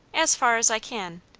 as far as i can.